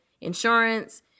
insurance